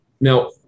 now